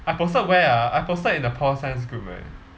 I posted where ah I posted in the pol science group right